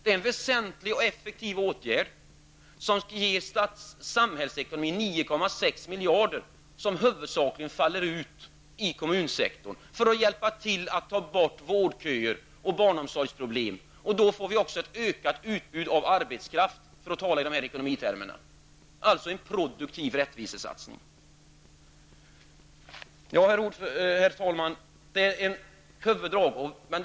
Det är en väsentlig och effektiv åtgärd som skulle ge samhällsekonomin 9,6 miljarder kronor som huvudsakligen faller ut i kommunsektorn. Detta skulle hjälpa till att få bort vårdköer och att lösa barnomsorgsproblem. Vi skulle också få ett ökad utbud av arbetskraft, för att nu använda ekonomitermer. Det skulle alltså bli en produktiv rättvisesatsning. Herr talman! Detta är huvuddragen.